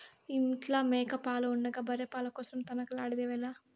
ఇంట్ల మేక పాలు ఉండగా బర్రె పాల కోసరం తనకలాడెదవేల